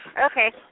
okay